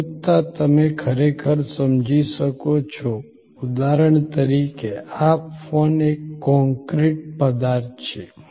અમૂર્તતા તમે ખરેખર સમજી શકો છો ઉદાહરણ તરીકે આ ફોન એક કોંક્રિટ પદાર્થ છે